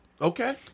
Okay